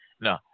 No